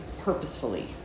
purposefully